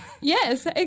Yes